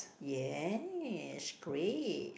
yes great